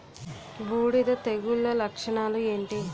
బూడిద తెగుల లక్షణాలు ఏంటి?